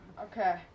Okay